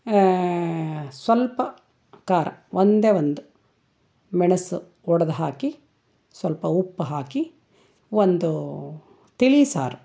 ಸ್ವಲ್ಪ ಖಾರ ಒಂದೇ ಒಂದು ಮೆಣಸು ಒಡ್ದು ಹಾಕಿ ಸ್ವಲ್ಪ ಉಪ್ಪು ಹಾಕಿ ಒಂದು ತಿಳಿ ಸಾರು